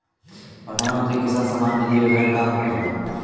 प्रधानमंत्री किसान सम्मान निधि योजना का होखेला?